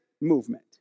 movement